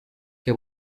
que